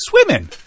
swimming